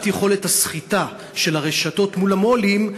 יכולת הסחיטה של הרשתות מול המו"לים,